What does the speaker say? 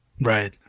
Right